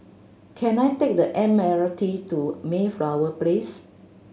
can I take the M R T to Mayflower Place